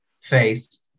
face